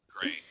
Great